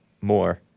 more